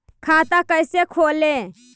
खाता कैसे खोले?